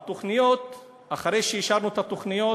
אחרי שאישרנו את התוכניות,